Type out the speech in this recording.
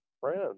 friends